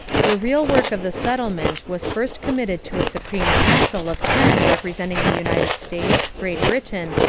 the real work of the settlement was first committed to a supreme council of ten representing the united states, great britain,